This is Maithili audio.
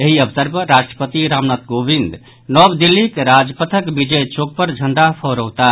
एहि अवसर पर राष्ट्रपति रामनाथ कोविंद नव दिल्लीक राजपथक विजय चौक पर झण्डा फहरौताह